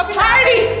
party